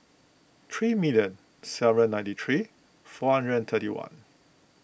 three million seven hundred ninety three four hundred and thirty one